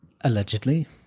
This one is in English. Allegedly